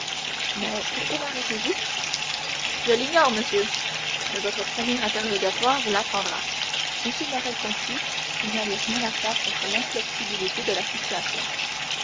mais pourquoi marrêtez vous je l'ignore monsieur mais votre premier interrogatoire vous l'apprendra m morrel comprit qu'il n'y avait rien à faire contre l'inflexibilité de la situation